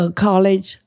college